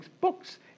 books